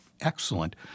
excellent